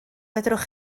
fedrwch